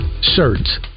shirts